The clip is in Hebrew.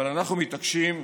אבל אנחנו מתעקשים,